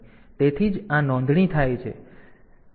તેથી જ આ નોંધણી થાય છે